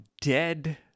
dead